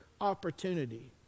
opportunity